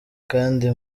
kandi